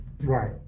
right